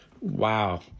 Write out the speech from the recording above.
Wow